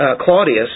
Claudius